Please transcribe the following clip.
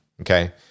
Okay